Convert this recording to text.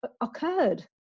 occurred